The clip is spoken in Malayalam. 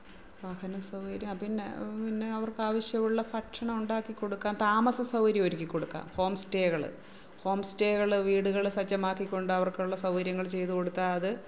വാഹന സൗകര്യം ആ പിന്നെ പിന്നെ അവര്ക്ക് ആവശ്യമുള്ള ഭക്ഷണം ഉണ്ടാക്കി കൊടുക്കുക താമസസൗകര്യം ഒരുക്കി കൊടുക്കാം ഹോം സ്റ്റേകൾ ഹോം സ്റ്റേകൾ വീടുകൾ സജ്ജമാക്കിക്കൊണ്ട് അവര്ക്കുള്ള സൗകര്യങ്ങൾ ചെയ്തുകൊടുത്താൽ അത്